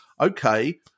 okay